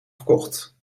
verkocht